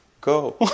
go